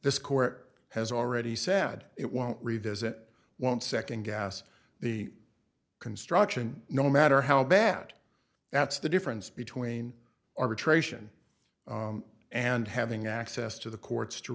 this court has already said it won't revisit won't second guess the construction no matter how bad that's the difference between arbitration and having access to the courts to